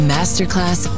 Masterclass